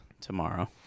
tomorrow